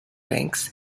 banks